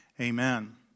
amen